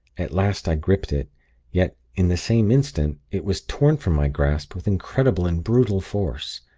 at last, i gripped it yet, in the same instant, it was torn from my grasp with incredible and brutal force.